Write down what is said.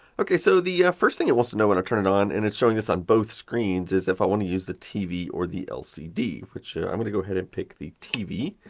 ok, so the first thing it wants to know when i turn it on, and it's showing this on both screens, is if i want to use the tv or lcd. which, i'm going to go ahead and pick the tv.